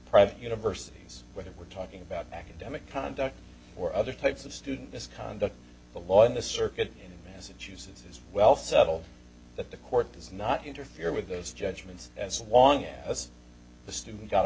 private universities whether we're talking about academic conduct or other types of student misconduct the law in the circuit in massachusetts is well settled that the court does not interfere with those judgments as long as the student got a